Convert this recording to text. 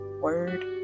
word